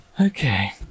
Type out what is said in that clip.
Okay